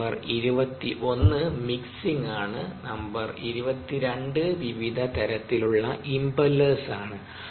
number 21 mixing ആണ് number 22 വിവിധ തരത്തിലുള്ള ഇംപെല്ലേഴ്സ് ആണ്